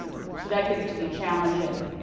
and so that gets to be challenging.